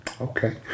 Okay